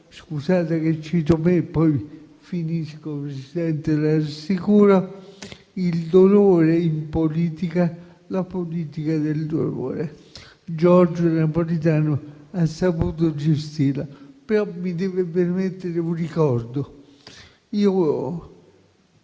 (scusate se mi cito, poi finisco, Presidente, glielo assicuro): il dolore in politica, la politica del dolore. Giorgio Napolitano ha saputo gestirla. Però mi deve permettere un ricordo.